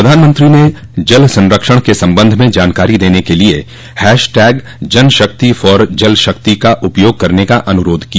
प्रधानमंत्री ने जल संरक्षण के संबंध में जानकारी देने के लिए hashtag Jan Shakti for Jal Shakti का उपयोग करने का अनुरोध किया